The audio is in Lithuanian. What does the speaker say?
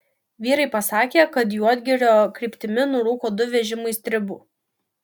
vyrai pasakė kad juodgirio kryptimi nurūko du vežimai stribų